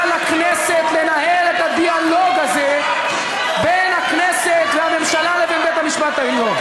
לכנסת לנהל את הדיאלוג הזה בין הכנסת והממשלה לבין בית-המשפט העליון,